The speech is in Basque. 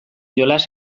jolas